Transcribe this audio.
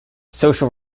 social